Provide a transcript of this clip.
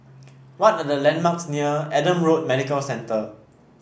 what are the landmarks near Adam Road Medical Centre